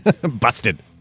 Busted